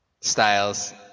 Styles